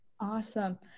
Awesome